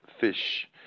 fish